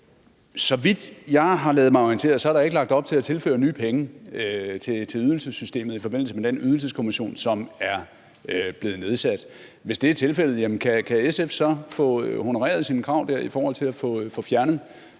Så vidt jeg har ladet mig orientere, er der ikke lagt op til at tilføre nye penge til ydelsessystemet i forbindelse med den Ydelseskommission, som er blevet nedsat. Hvis det er tilfældet, kan SF så få honoreret sine krav dér i forhold til at få fjernet